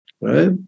right